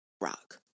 rock